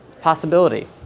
possibility